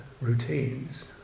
routines